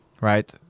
right